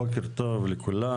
בוקר טוב לכולם,